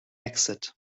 exit